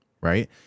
right